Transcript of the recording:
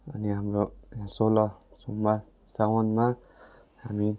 अनि हाम्रो सोह्र सोमवार साउनमा हामी